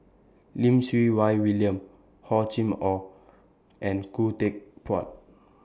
Lim Siew Wai William Hor Chim Or and Khoo Teck Puat